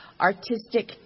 artistic